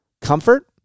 comfort